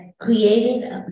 created